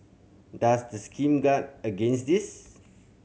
does the scheme guard against this